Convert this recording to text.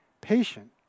patient